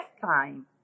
time